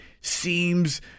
seems